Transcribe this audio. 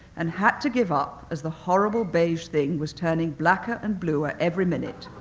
and had to give up as the horrible beige thing was turning blacker and bluer every minute.